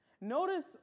Notice